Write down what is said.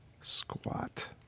Squat